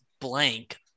blank